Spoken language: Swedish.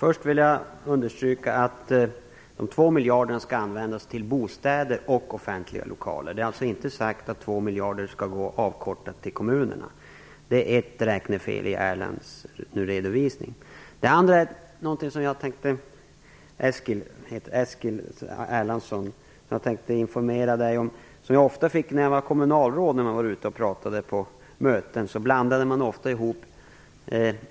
Herr talman! De 2 miljarder kronorna skall användas till bostäder och offentliga lokaler. Det är alltså inte sagt att 2 miljarder kronor oavkortat skall gå till kommunerna. Det är ett räknefel i Eskil Erlandsson redovisning. En annan sak som jag tänkte informera Eskil Erlandsson om och som jag ofta upplevde när jag som kommunalråd var ute och pratade på möten gäller att man ofta blandade ihop